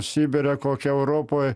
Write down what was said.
sibire kokia europoj